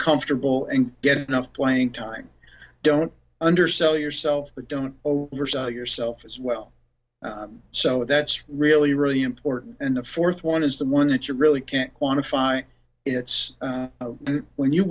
comfortable and get enough playing time don't undersell yourself but don't oversell yourself as well so that's really really important and the fourth one is the one that you really can't quantify it's when you